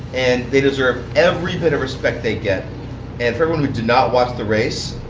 and they deserve every bit of respect they get. and for everyone who did not watch the race,